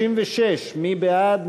36, מי בעד?